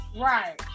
Right